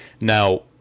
Now